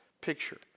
picture